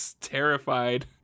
terrified